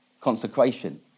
Consecration